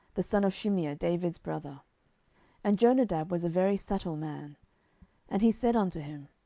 the son of shimeah david's brother and jonadab was a very subtil man and he said unto him,